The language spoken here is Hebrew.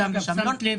לגבש תכנית,